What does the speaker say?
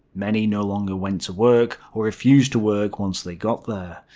many no longer went to work, or refused to work once they got there.